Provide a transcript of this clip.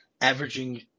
averaging